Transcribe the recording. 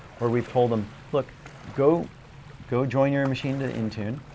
where we've told them look go go join your machine to intune,